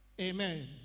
Amen